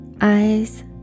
eyes